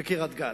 בקריית-גת.